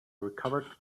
recovered